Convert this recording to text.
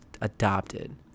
adopted